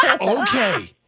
okay